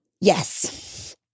Yes